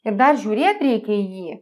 ir dar žiūrėt reikia į jį